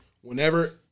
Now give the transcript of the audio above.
Whenever